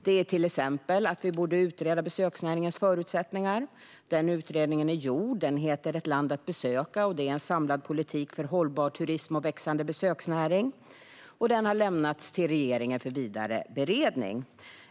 Det handlar till exempel om att regeringen borde utreda besöksnäringens förutsättningar. Den utredningen är gjord och heter Ett land att besöka - En samlad politik för hållbar turism och växande besöksnäring . Utredningen har lämnats till regeringen för vidare beredning.